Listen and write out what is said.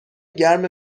گرم